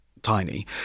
tiny